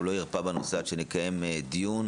הוא לא הרפה בנושא עד שנקיים דיון.